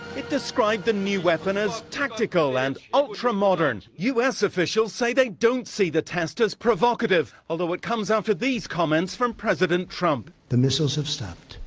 it described the new weapon as tactical and ultra modern. u s. officials say they don't see the test as provocative, although it comes after these comments from president trump. the missiles have stopped.